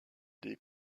des